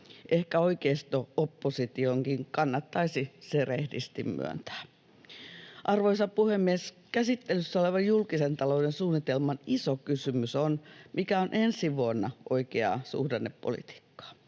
Ehkä oikeisto-oppositionkin kannattaisi se rehdisti myöntää. Arvoisa Puhemies! Käsittelyssä olevan julkisen talouden suunnitelman iso kysymys on, mikä on ensi vuonna oikeaa suhdannepolitiikkaa.